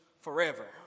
forever